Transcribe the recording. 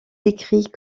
décrit